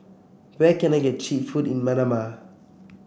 where can I get cheap food in Manama